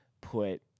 put